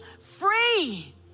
free